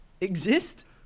exist